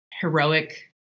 heroic